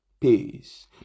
peace